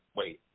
wait